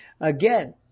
again